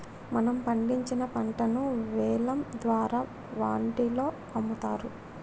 మనం పండించిన పంటను వేలం ద్వారా వాండిలో అమ్ముతారు